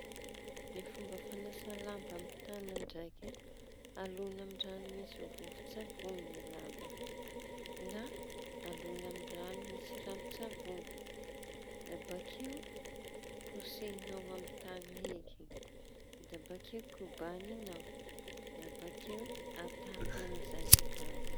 Ny fomba fañasa lamba amy taña ndraiky an! Aloña amy raño misy vovo-tsavoñy ny lamaba na aloña amy raño misy ranon-tsavoñy ny lamba. Da bakeo kosehiñao amy taña eky da bakeo kobañinao da bakeo atapy amy zay ny lamba.